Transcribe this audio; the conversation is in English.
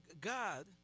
God